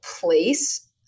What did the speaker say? place